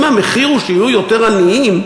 אם המחיר הוא שיהיו יותר עניים,